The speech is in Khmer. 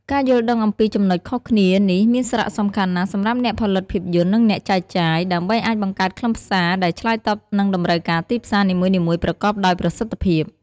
ការយល់ដឹងអំពីចំណុចខុសគ្នានេះមានសារៈសំខាន់ណាស់សម្រាប់អ្នកផលិតភាពយន្ត និងអ្នកចែកចាយ ដើម្បីអាចបង្កើតខ្លឹមសារដែលឆ្លើយតបនឹងតម្រូវការទីផ្សារនីមួយៗប្រកបដោយប្រសិទ្ធភាព។